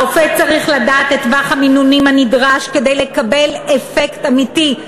הרופא צריך לדעת את טווח המינונים הנדרש כדי לקבל אפקט אמיתי,